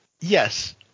Yes